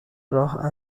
راه